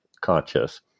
conscious